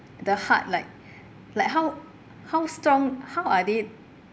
the heart like like how how strong how are they